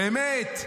באמת.